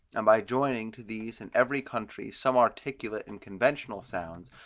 and by joining to these in every country some articulate and conventional sounds,